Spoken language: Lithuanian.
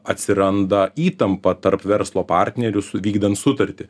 atsiranda įtampa tarp verslo partnerių su vykdant sutartį